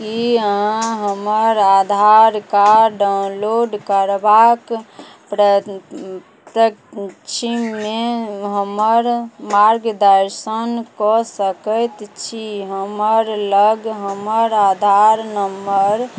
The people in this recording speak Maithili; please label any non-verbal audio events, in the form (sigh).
कि अहाँ हमर आधार कार्ड डाउनलोड करबाक (unintelligible) हमर मार्गदर्शन कऽ सकै छी हमरलग हमर आधार नम्बर